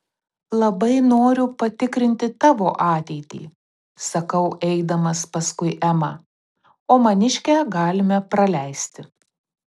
labai noriu patikrinti tavo ateitį sakau eidamas paskui emą o maniškę galime praleisti